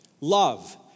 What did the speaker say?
Love